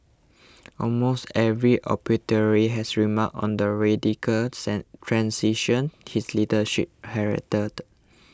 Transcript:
almost every obituary has remarked on the radical transition his leadership heralded